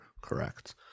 correct